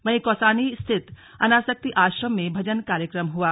वहीं कौसानी स्थित अनासक्ति आश्रम में भजन कार्यक्रम हुआ